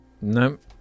Nope